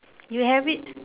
you have it